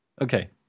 Okay